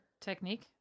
technique